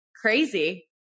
crazy